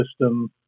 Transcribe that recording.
system